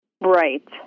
Right